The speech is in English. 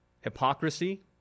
hypocrisy